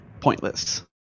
pointless